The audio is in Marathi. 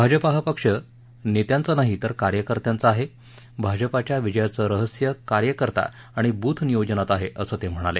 भाजपा हा पक्ष नेत्यांचा नाही तर कार्यकर्त्यांचा आहे भाजपाच्या विजयाचं रहस्य कार्यकर्ता अणि बूथ नियोजनात आहे असं ते म्हणाले